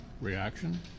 reaction